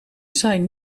zijn